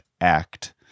act